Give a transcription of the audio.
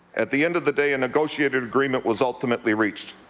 at the end of the day a negotiated agreement was ultimately reached.